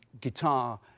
guitar